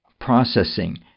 processing